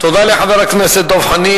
תודה לחבר הכנסת דב חנין.